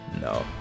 No